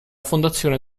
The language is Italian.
fondazione